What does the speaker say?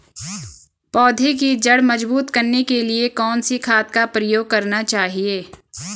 पौधें की जड़ मजबूत करने के लिए कौन सी खाद का प्रयोग करना चाहिए?